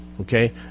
Okay